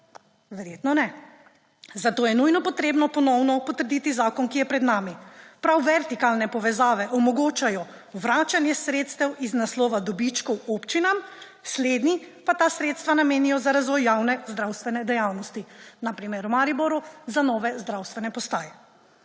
Verjetno ne. Zato je nujno potrebno ponovno potrditi zakon, ki je pred nami. Prav vertikalne povezave omogočajo vračanje sredstev iz naslova dobičkov občinam, slednji pa ta sredstva namenijo za razvoj javne zdravstvene dejavnosti, na primer v Mariboru za nove zdravstvene postaje.